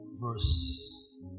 verse